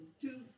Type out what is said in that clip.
two